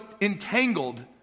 entangled